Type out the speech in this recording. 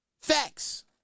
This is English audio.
Facts